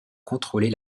contrôler